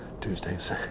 Tuesday's